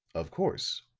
of course,